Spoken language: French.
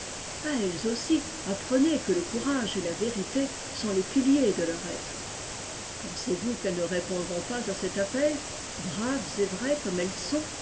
à elles aussi apprenez que le courage et la vérité sont les piliers de leur être pensez-vous qu'elles ne répondront pas à cet appel braves et vraies comme elles sont